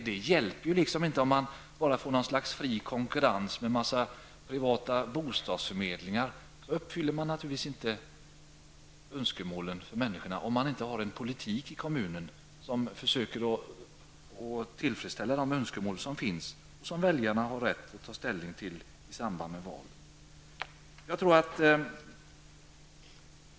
Det hjälper inte om man får något slags fri konkurrens med privata bostadsförmedlingar. Man uppfyller naturligtvis inte människornas önskemål om man inte har en politik i kommunen där man försöker tillfredsställa de önskemål som finns, en politik som väljarna har rätt att ta ställning till i samband med valet.